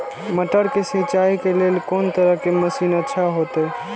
मटर के सिंचाई के लेल कोन तरह के मशीन अच्छा होते?